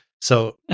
So-